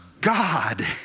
God